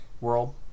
world